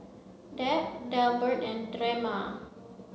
Deb Delbert and Drema